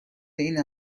این